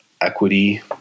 equity